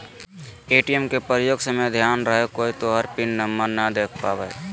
ATM के प्रयोग समय ध्यान रहे कोय तोहर पिन नंबर नै देख पावे